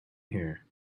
here